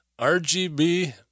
RGB